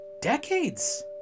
decades